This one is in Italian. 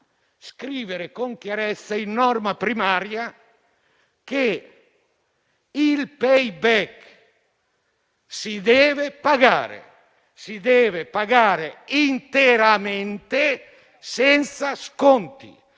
scrivere con chiarezza in norma primaria che il *payback* si deve pagare interamente, senza sconti,